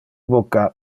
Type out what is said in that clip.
bucca